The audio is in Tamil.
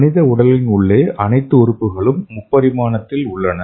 மனித உடலின் உள்ளே அனைத்து உறுப்புகளும் முப்பரிமாணத்தில் உள்ளன